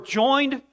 joined